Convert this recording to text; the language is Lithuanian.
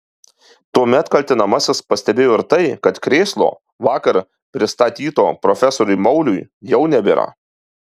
tuomet kaltinamasis pastebėjo ir tai kad krėslo vakar pristatyto profesoriui mauliui jau nebėra